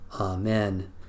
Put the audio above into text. Amen